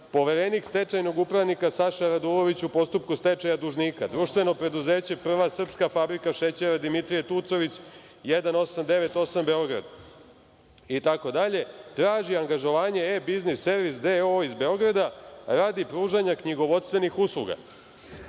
poverenik stečajnog upravnika Saša Radulović u postupku stečaja dužnika, društveno preduzeće Prva srpska fabrika šećera „Dimitrije Tucović“, 1898, Beograd, itd, traži angažovanje E-biznis servis D.O.O. iz Beograda, radi pružanja knjigovodstvenih usluga.